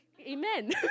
Amen